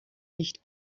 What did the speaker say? nicht